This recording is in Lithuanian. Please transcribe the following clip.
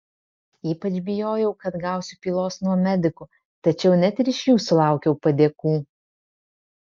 ypač bijojau kad gausiu pylos nuo medikų tačiau net ir iš jų sulaukiau padėkų